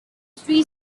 three